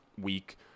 week